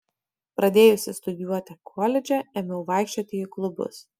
pradėjusi studijuoti koledže ėmiau vaikščioti į klubus